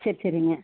சரி சரிங்க